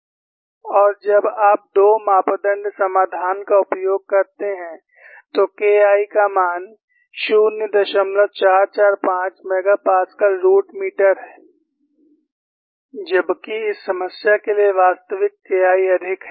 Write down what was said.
और जब आप 2 मापदण्ड समाधान का उपयोग करते हैं तो K I का मान 0445 MPa रूट मीटर है जबकि इस समस्या के लिए वास्तविक K I अधिक है